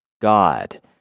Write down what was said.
God